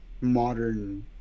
modern